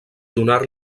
donar